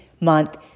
month